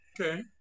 Okay